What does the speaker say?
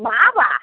மாவா